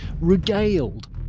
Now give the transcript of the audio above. regaled